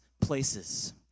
places